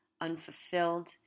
unfulfilled